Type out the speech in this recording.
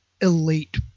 elite